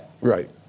Right